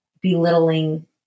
belittling